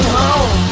home